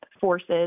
forces